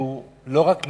והוא לא רק מתכוון,